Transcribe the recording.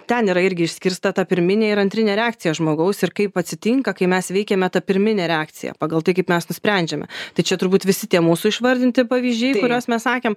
ten yra irgi išskirstyta ta pirminė ir antrinė reakcija žmogaus ir kaip atsitinka kai mes veikiame ta pirmine reakcija pagal tai kaip mes nusprendžiame tai čia turbūt visi tie mūsų išvardinti pavyzdžiai kuriuos mes sakėm